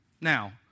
Now